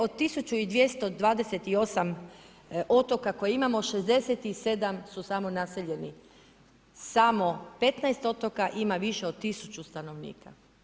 Od 1228 otoka koje imamo, 67 su samo naseljeni, samo 15 otoka ima više od 1000 stanovnika.